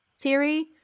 theory